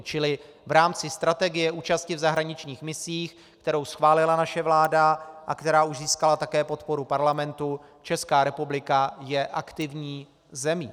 Čili v rámci strategie účasti v zahraničních misích, kterou schválila naše vláda a která už získala také podporu parlamentu, Česká republika je aktivní zemí.